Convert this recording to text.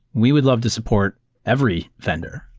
we would love to support every vendor.